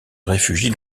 réfugient